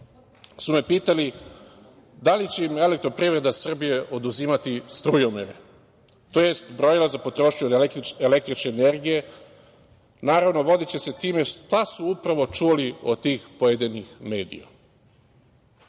su me pitali da li će im Elektroprivreda Srbije oduzimati strujomere, tj. brojila za potrošnju električne energije, naravno, vodeći se time šta su upravo čuli od tih pojedinih medija. Mi